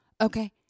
okay